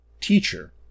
Teacher